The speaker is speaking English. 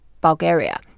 Bulgaria